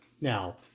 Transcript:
Now